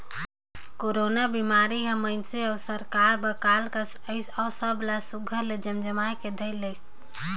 corona बिमारी हर मइनसे अउ सरकार बर काल कस अइस अउ सब ला सुग्घर ले जमजमाए के धइर लेहिस